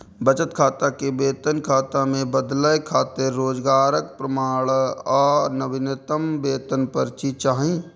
बचत खाता कें वेतन खाता मे बदलै खातिर रोजगारक प्रमाण आ नवीनतम वेतन पर्ची चाही